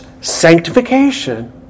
sanctification